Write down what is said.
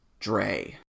Dre